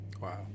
Wow